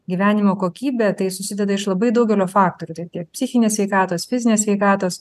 gyvenimo kokybė tai susideda iš labai daugelio faktorių tai tiek psichinės sveikatos fizinės sveikatos